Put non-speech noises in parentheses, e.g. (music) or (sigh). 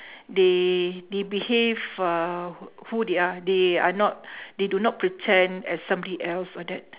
(breath) they they behave uh w~ who they are not they are not they do not pretend as somebody else all that